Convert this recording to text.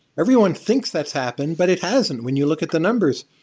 everyone thinks that's happened, but it hasn't when you look at the numbers.